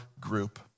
group